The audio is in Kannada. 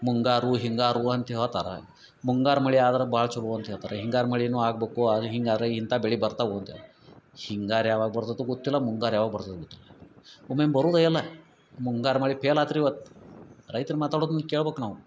ಮುಂಗಾರು ಹಿಂಗಾರು ಅಂತ ಹೇಳ್ತಾರೆ ಮುಂಗಾರು ಮಳೆ ಆದ್ರೆ ಭಾಳ ಚಲೊ ಅಂತ ಹೇಳ್ತಾರೆ ಹಿಂಗಾರು ಮಳೇನೂ ಆಗಬೇಕು ಆದರೆ ಹಿಂಗಾರೇ ಇಂಥ ಬೆಳೆ ಬರ್ತಾವೆ ಅಂತಾರೆ ಹಿಂಗಾರು ಯಾವಾಗ ಬರ್ತದೋ ಗೊತ್ತಿಲ್ಲ ಮುಂಗಾರು ಯಾವಾಗ ಬರ್ತದೋ ಗೊತ್ತಿಲ್ಲ ಒಮ್ಮೆ ಬರುವುದೇ ಇಲ್ಲ ಮುಂಗಾರು ಮಳೆ ಪೇಲ್ ಆತು ರೀ ಇವತ್ತು ರೈತರು ಮಾತಾಡುದನ್ನು ಕೇಳ್ಬೇಕು ನಾವು